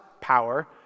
power